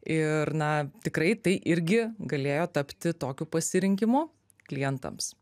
ir na tikrai tai irgi galėjo tapti tokiu pasirinkimu klientams